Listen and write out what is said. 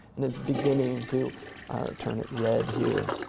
and it's beginning to turn it red here.